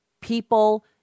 people